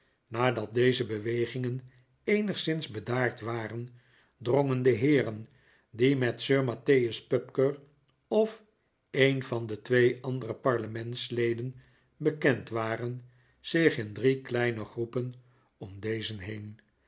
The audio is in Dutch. nadat deze bewegingen eenigszins bedaard waren drongen de heeren die met sir mattheus pupker of een van de twee andere parlementsleden bekend waren zich in drie kleine grpepen om dezen heen